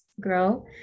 grow